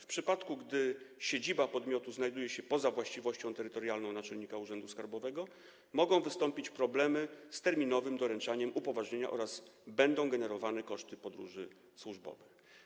W przypadku gdy siedziba podmiotu znajduje się poza właściwością terytorialną naczelnika urzędu skarbowego, mogą pojawić się problemy z terminowym doręczeniem upoważnienia oraz będą generowane koszty podróży służbowych.